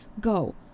Go